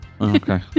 Okay